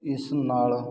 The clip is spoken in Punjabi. ਇਸ ਨਾਲ